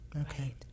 Okay